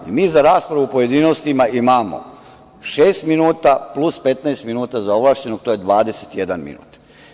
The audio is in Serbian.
Mi za raspravu u pojedinostima imamo šest minuta plus 15 minuta za ovlašćenog, što je 21 minut.